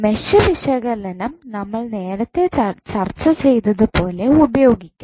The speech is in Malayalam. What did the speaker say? മെഷ് വിശകലനം നമ്മൾ നേരത്തെ ചർച്ച ചെയ്തത് പോലെ ഉപയോഗിക്കാം